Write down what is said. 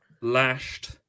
lashed